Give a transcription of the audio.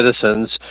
citizens